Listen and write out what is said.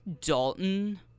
Dalton